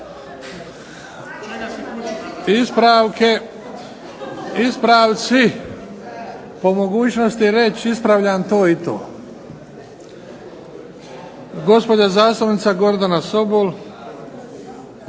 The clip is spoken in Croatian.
(HDZ)** Ispravci, po mogućnosti reći ispravljam to i to. Gospođa zastupnica Gordana Sobol.